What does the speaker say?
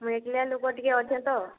ମୁଇଁ ଏକଲା ଲୋକ ଟିକେ ଅଛେ ତ